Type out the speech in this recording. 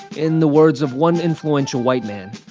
in the words of one influential white man,